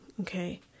Okay